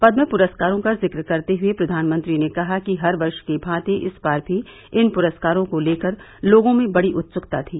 पद्म पुरस्कारों का ज़िक्र करते हुए प्रधानमंत्री ने कहा हर वर्ष की भॉति इस बार भी इन पुरस्कारों को लेकर लोगों में बड़ी उत्सुकता थी